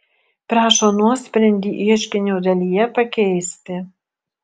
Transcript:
prašo nuosprendį ieškinio dalyje pakeisti